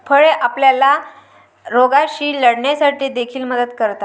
फळे आपल्याला रोगांशी लढण्यासाठी देखील मदत करतात